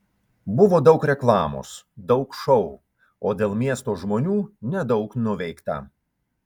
buvo daug reklamos daug šou o dėl miesto žmonių nedaug nuveikta